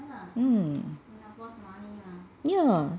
mm ya